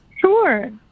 Sure